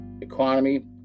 economy